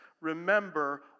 remember